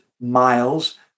miles